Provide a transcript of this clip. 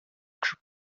төшеп